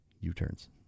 U-turns